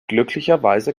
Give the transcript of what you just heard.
glücklicherweise